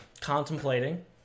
Contemplating